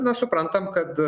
na suprantam kad